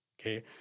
Okay